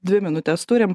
dvi minutes turim